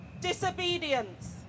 Disobedience